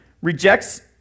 rejects